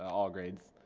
all grades.